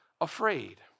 afraid